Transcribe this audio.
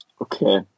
okay